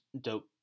dope